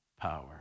power